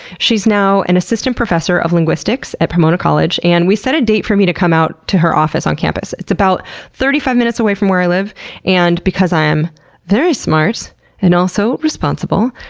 she's now an assistant professor of linguistics at pomona college, and we set a date for me to come to her office on campus. it's about thirty five minutes away from where i live and because i am very smart and also responsible,